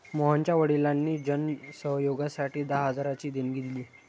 मोहनच्या वडिलांनी जन सहयोगासाठी दहा हजारांची देणगी दिली